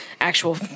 actual